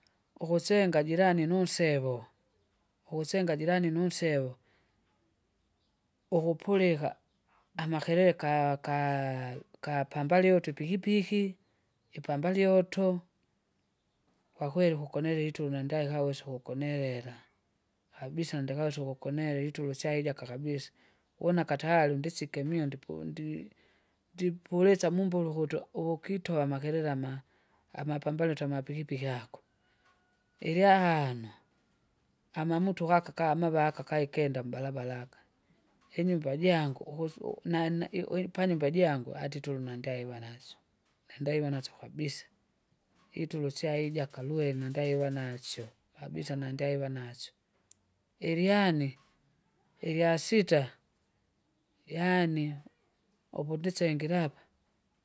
Ukusenga jirani nunsevo ukusenga jirani nunsevo, ukupulika, amakelel ka- ka- kapambali utwi pikipiki, ipambalyoto, kwakweli ukukonelela itulo nandaikawesa ukukonelela, kabisa ndikawesa ukukonelela itulo isyaija kakabisa, wuna katale ndisike mwindi pondi ndipulisa mumbulukutu uvukitova makele ama- amapambano twamapikipiki ako. Ilyahano, amamutu ghaka kamavaka kaikenda mubarabara aka inyumba jangu uvusu- u- nana i- ui- panyumba jangu atituluma ndaiwa naso, nandaiwa naso kabisa, ufwitule usyaija kalwena ndaiwa nasyo kabisa nandaiwa nasyo. Ilyane, ilyasita, yaani, uvudisengila apa.